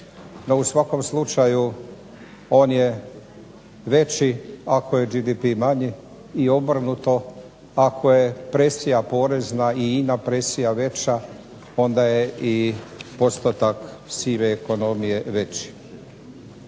no u svakom slučaju on je veći ako je GDP manji i obrnuto ako je presija porezna i ina presija veća onda je i postotak sive ekonomije veći.